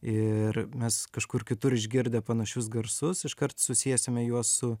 ir mes kažkur kitur išgirdę panašius garsus iškart susiesime juos su